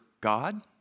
God